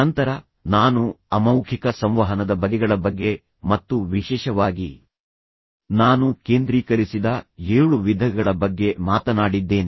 ನಂತರ ನಾನು ಅಮೌಖಿಕ ಸಂವಹನದ ಬಗೆಗಳ ಬಗ್ಗೆ ಮತ್ತು ವಿಶೇಷವಾಗಿ ನಾನು ಕೇಂದ್ರೀಕರಿಸಿದ ಏಳು ವಿಧಗಳ ಬಗ್ಗೆ ಮಾತನಾಡಿದ್ದೇನೆ